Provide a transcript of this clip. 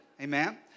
Amen